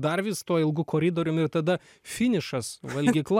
dar vis tuo ilgu koridorium i tada finišas valgykla